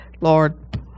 Lord